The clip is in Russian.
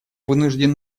вынужден